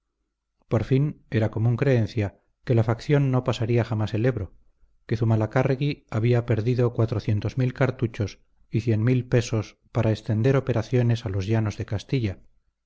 por fin era común creencia que la facción no pasaría jamás el ebro que zumalacárregui había pedido cartuchos y pesos para extender operaciones a los llanos de castilla